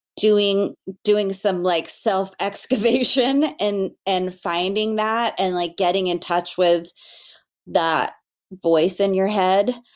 doing doing some like self excavation and and finding that, and like getting in touch with that voice in your head,